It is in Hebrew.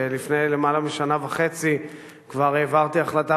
שלפני למעלה משנה וחצי כבר העברתי החלטה